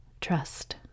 Trust